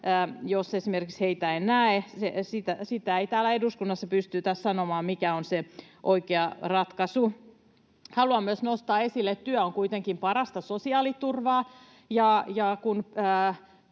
ei esimerkiksi näe. Sitä ei täällä eduskunnassa pystytä sanomaan, mikä on se oikea ratkaisu. Haluan myös nostaa esille, että työ on kuitenkin parasta sosiaaliturvaa.